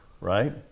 Right